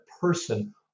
person